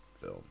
film